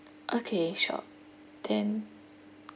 okay sure then